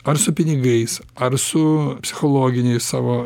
ar su pinigais ar su psichologiniais savo